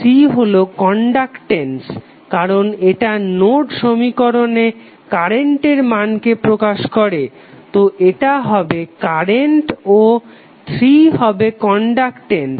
3 হলো কনডাকটেন্স কারণ এটা নোড সমীকরণে কারেন্টের মানকে প্রকাশ করে তো এটা হবে কারেন্ট ও 3 হবে কনডাকটেন্স